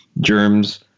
germs